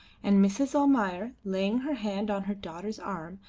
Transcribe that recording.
and mrs. almayer, laying her hand on her daughter's arm,